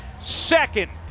second